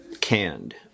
canned